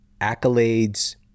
accolades